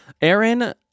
Aaron